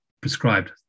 prescribed